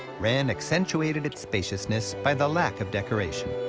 wren accentuated its spaciousness by the lack of decoration.